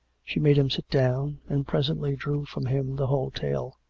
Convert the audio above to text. she made him sit down, and presently drew from him the whole tale.